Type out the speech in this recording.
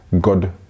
God